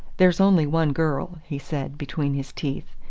there's only one girl, he said between his teeth,